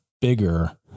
bigger